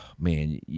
Man